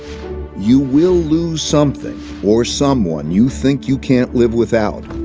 you will lose something, or someone you think you can't live without.